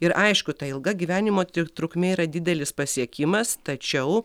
ir aišku ta ilga gyvenimo triuk trukmė yra didelis pasiekimas tačiau